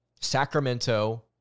Sacramento